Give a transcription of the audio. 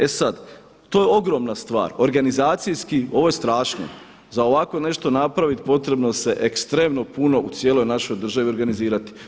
E sad, to je ogromna stvar, organizacijski ovo je strašno, za ovako nešto napraviti potrebno se ekstremno puno u cijeloj našoj državi organizirati.